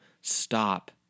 stop